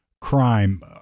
crime